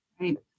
Right